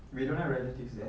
we don't have relatives there